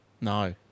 No